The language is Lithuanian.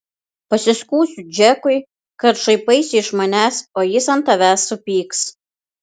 pasiskųsiu džekui kad šaipaisi iš manęs o jis ant tavęs supyks